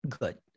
good